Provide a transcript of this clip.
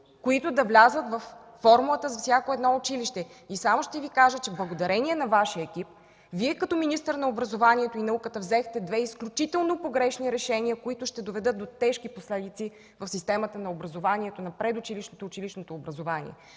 които да влязат във формулата за всяко училище. Само ще кажа, че благодарение на Вашия екип Вие като министър на образованието и науката взехте две изключително погрешни решения, които ще доведат до тежки последици в системата на образованието – на предучилищното и училищното образование.